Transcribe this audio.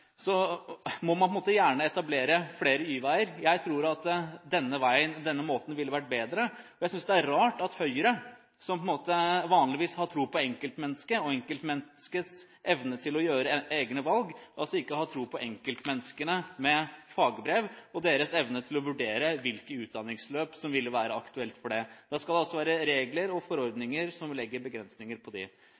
jeg synes det er rart at Høyre – som vanligvis har tro på enkeltmennesket og enkeltmenneskets evne til å gjøre egne valg – ikke har tro på enkeltmenneskene med fagbrev og deres evne til å vurdere hvilke utdanningsløp som ville være aktuelle for dem. Da skal det altså være regler og forordninger som legger begrensninger på